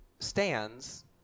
Stands